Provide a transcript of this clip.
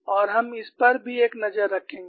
और हम इस पर भी एक नज़र रखेंगे